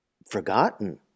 Forgotten